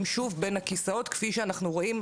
שוב בין הכיסאות כפי שאנחנו רואים.